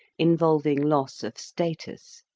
involving loss of status.